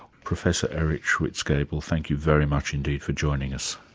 professor eric schwitzgebel, thank you very much indeed for joining us.